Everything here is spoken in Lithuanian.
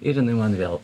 ir jinai man vėl